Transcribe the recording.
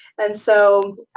and so